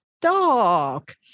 dog